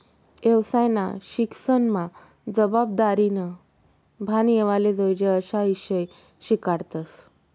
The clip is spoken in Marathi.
येवसायना शिक्सनमा जबाबदारीनं भान येवाले जोयजे अशा ईषय शिकाडतस